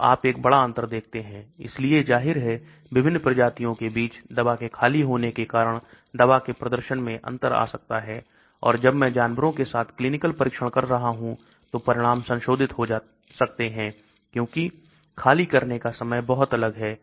तो आप एक बड़ा अंतर देखते हैं इसलिए जाहिर है कि विभिन्न प्रजातियों के बीच दवा के खाली होने के कारण दवा के प्रदर्शन में अंतर आ सकता है और जब मैं जानवरों के साथ क्लीनिकल परीक्षण कर रहा हूं तो परिणाम संशोधित हो सकते हैं क्योंकि खाली करने का समय बहुत अलग है